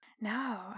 No